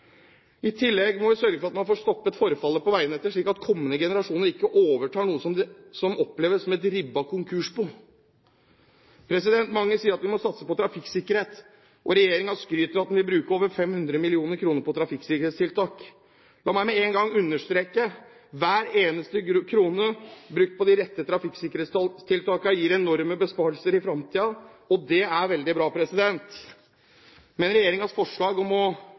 I tillegg må vi sørge for at man får stoppet forfallet på veinettet, slik at kommende generasjoner ikke overtar noe som vil oppleves som et ribbet konkursbo. Mange sier at vi må satse på trafikksikkerhet, og regjeringen skryter av at den vil bruke over 500 mill. kr på trafikksikkerhetstiltak. La meg med en gang understreke: Hver eneste krone brukt på de rette trafikksikkerhetstiltakene gir enorme besparelser i fremtiden. Det er veldig bra. Men regjeringens forslag om å